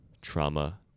trauma